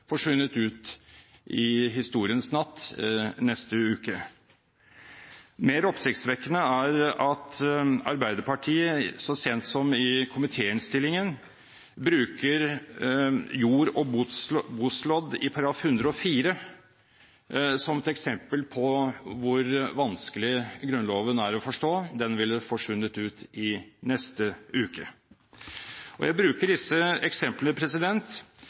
forsvunnet ut i historiens natt neste uke. Mer oppsiktsvekkende er at Arbeiderpartiet så sent som i komitéinnstillingen bruker «Jord og Boslod» i § 104 som et eksempel på hvor vanskelig Grunnloven er å forstå. Formuleringen ville forsvunnet ut i neste uke. Jeg bruker disse eksemplene